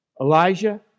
Elijah